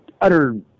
utter